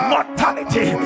Mortality